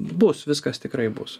bus viskas tikrai bus